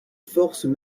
forces